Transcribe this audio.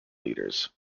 leaders